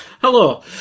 Hello